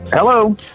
Hello